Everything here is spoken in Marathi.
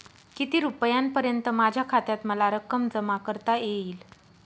किती रुपयांपर्यंत माझ्या खात्यात मला रक्कम जमा करता येईल?